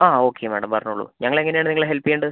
ആ okay madam പറഞ്ഞോളൂ ഞങ്ങൾ എങ്ങനെയാണ് നിങ്ങളെ ഹെൽപ്പ് ചെയ്യേണ്ടത്